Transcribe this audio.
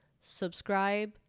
subscribe